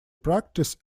practice